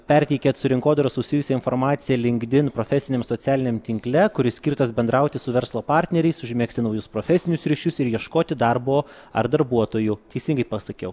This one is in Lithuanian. perteikiat su rinkodara susijusią informaciją linkdin profesiniame socialiniame tinkle kuris skirtas bendrauti su verslo partneriais užmegzti naujus profesinius ryšius ir ieškoti darbo ar darbuotojų teisingai pasakiau